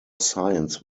science